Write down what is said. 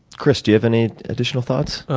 chris, do you have any additional thoughts?